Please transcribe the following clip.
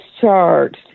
charged